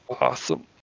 awesome